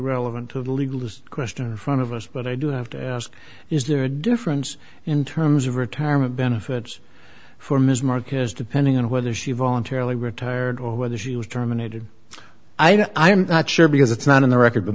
relevant to the legal question front of us but i do have to ask is there a difference in terms of retirement benefits for ms moore because depending on whether she voluntarily retired or whether she was terminated i am not sure because it's not in the record